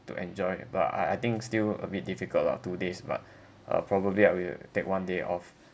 to enjoy but I I think still a bit difficult lah two days but uh probably I will take one day off